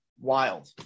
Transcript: wild